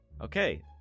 Okay